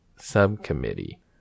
subcommittee